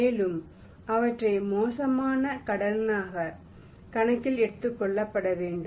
மேலும் அவற்றை மோசமான கடனாக கணக்கில் எடுத்துக் கொள்ளப்பட வேண்டும்